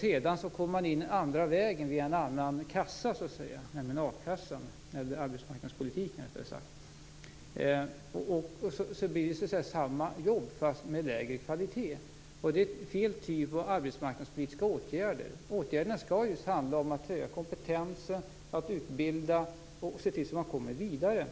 Sedan kommer man in andra vägen, via en annan kassa, nämligen a-kassan, rättare sagt arbetsmarknadspolitiken. Det blir samma jobb men med lägre kvalitet. Det är fel typ av arbetsmarknadspolitiska åtgärder. Åtgärderna skall just handla om att höja kompetensen, att utbilda och se till att man kommer vidare.